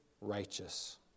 righteous